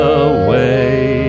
away